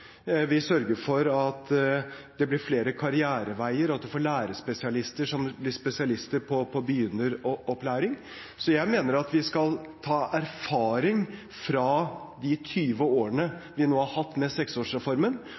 Vi sørger for at det blir flere karriereveier, og at vi får lærerspesialister som blir spesialister på begynneropplæring. Jeg mener at vi skal ta erfaring av de 20 årene vi nå har hatt med seksårsreformen,